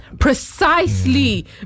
Precisely